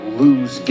lose